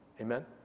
Amen